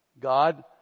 God